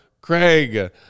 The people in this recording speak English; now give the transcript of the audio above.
Craig